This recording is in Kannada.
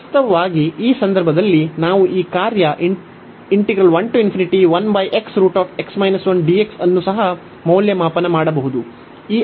ವಾಸ್ತವವಾಗಿ ಈಗ ಈ ಸಂದರ್ಭದಲ್ಲಿ ನಾವು ಈ ಕಾರ್ಯ ಅನ್ನು ಸಹ ಮೌಲ್ಯಮಾಪನ ಮಾಡಬಹುದು